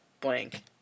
blank